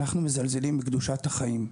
אנחנו מזלזלים בקדושת החיים,